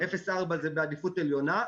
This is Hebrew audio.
אפס עד ארבעה זה בעדיפות עליונה.